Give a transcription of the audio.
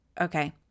Okay